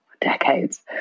decades